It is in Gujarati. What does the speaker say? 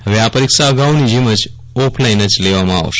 હવે આ પરીક્ષા અગાઉની જેમ જ ઓફલાઇન જ લેવામાં આવશે